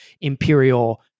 imperial